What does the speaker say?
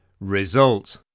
RESULT